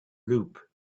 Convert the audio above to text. loop